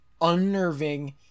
unnerving